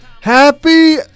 Happy